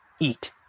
eat